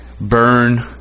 Burn